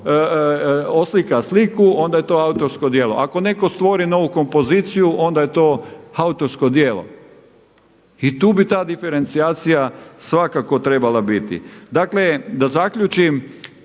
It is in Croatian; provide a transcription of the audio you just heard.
oslika sliku onda je to autorsko djelo, ako netko stvori novu kompoziciju onda je to autorsko djelo. I tu bi ta diferencijacija svakako trebala biti. Dakle da zaključim,